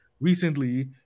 recently